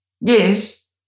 Yes